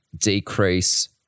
decrease